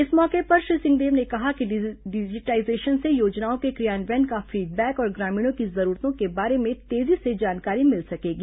इस मौके पर श्री सिंहदेव ने कहा कि डिजिटाइजेशन से योजनाओं के क्रियान्वयन का फीडबैक और ग्रामीणों की जरूरतों के बारे में तेजी से जानकारी मिल सकेगी